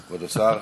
כבוד השר.